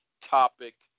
topic